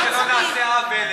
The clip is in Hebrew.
שלא נעשה עוול,